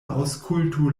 aŭskultu